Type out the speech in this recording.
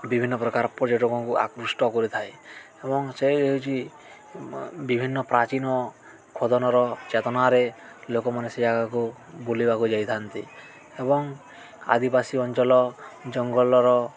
ବିଭିନ୍ନ ପ୍ରକାର ପର୍ଯ୍ୟଟକଙ୍କୁ ଆକୃଷ୍ଟ କରିଥାଏ ଏବଂ ସେ ହେଉଛି ବିଭିନ୍ନ ପ୍ରାଚୀନ ଖୋଦନର ଚେତନାରେ ଲୋକମାନେ ସେ ଜାଗାକୁ ବୁଲିବାକୁ ଯାଇଥାନ୍ତି ଏବଂ ଆଦିବାସୀ ଅଞ୍ଚଳ ଜଙ୍ଗଲର